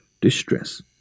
distress